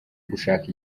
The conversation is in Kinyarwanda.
gushaka